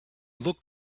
looked